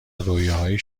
رویاهای